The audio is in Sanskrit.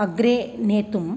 अग्रे नेतुं